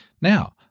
Now